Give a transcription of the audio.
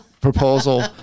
proposal